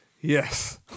Yes